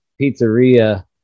pizzeria